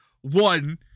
one